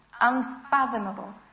unfathomable